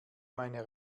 meine